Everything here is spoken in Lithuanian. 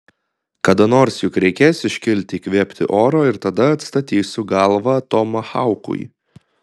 kada nors juk reikės iškilti įkvėpti oro ir tada atstatysiu galvą tomahaukui